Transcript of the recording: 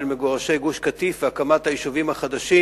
מגורשי גוש-קטיף והקמת היישובים החדשים,